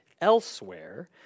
elsewhere